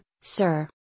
sir